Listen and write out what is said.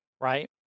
right